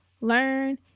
learn